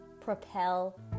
Propel